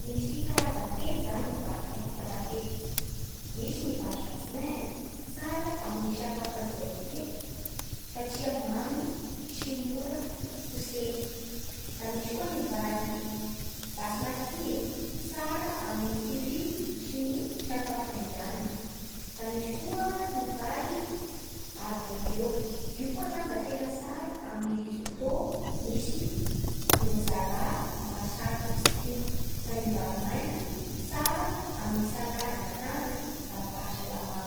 Misy karazany telo zany ny vary fahita matetiky: misy ny vary jasmin e, tsara amin'ny sakafo aziati e satria mamy sy mora kosehy; da misy koa ny vary basmati e, tsara amin'ny curry sy ny sakafo indianina. Da misy koa ny vary arbôriô, io koa zany da tena tsara amin'ny risotto misy glozara mahasariky ny tsiro. Da ny vary mainty tsara amin'ny salady matanjaky ara-pahasalamagna.